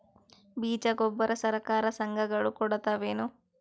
ಬೀಜ ಗೊಬ್ಬರ ಸರಕಾರ, ಸಂಘ ಗಳು ಕೊಡುತಾವೇನು?